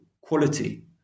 quality